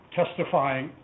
testifying